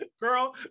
Girl